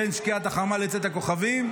בין שקיעת החמה לצאת הכוכבים.